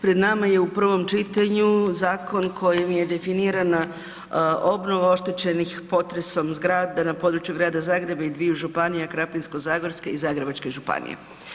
Pred nama je u prvom čitanju zakon kojim je definirana obnova oštećenih potresom zgrada na području Grada Zagreba i dviju županija Krapinsko-zagorske i Zagrebačke županije.